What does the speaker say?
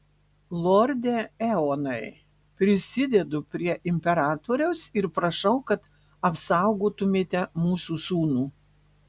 lorde eonai prisidedu prie imperatoriaus ir prašau kad apsaugotumėte mūsų sūnų